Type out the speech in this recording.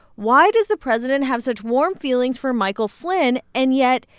why does the president have such warm feelings for michael flynn and yet,